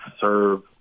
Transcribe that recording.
serve